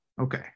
Okay